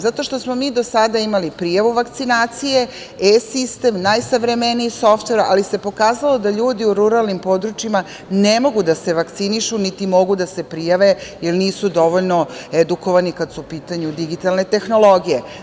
Zato što smo mi do sada imali prijavu vakcinacije, e sistem, najsavremeniji softver, ali se pokazalo da ljudi u ruralnim područjima ne mogu da se vakcinišu niti mogu da se prijave, jer nisu dovoljno edukovani kad su u pitanju digitalne tehnologije.